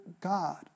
God